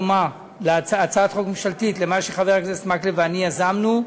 דומה למה שחבר הכנסת מקלב ואני יזמנו,